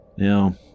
Now